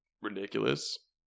ridiculous